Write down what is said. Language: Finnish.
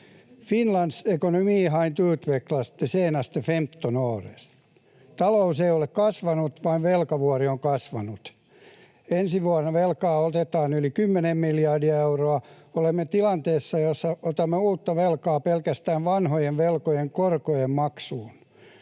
Finlands ekonomi har inte utvecklats de senaste 15 åren. Talous ei ole kasvanut. Vain velkavuori on kasvanut. Ensi vuonna velkaa otetaan yli kymmenen miljardia euroa. Olemme tilanteessa, jossa otamme uutta velkaa pelkästään vanhojen velkojen korkojen maksuun.